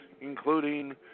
Including